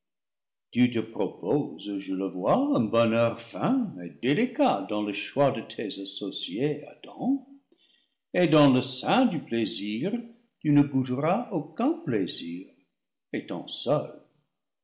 tu te proposes je le vois un bonheur fin et délicat dans le choix de tes associés adam et dans le sein du plaisir tu ne goûteras aucun plaisir étant seul